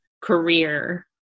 career